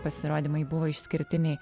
pasirodymai buvo išskirtiniai